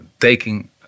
taking